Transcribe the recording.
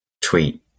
tweet